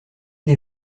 des